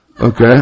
Okay